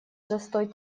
застой